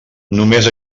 només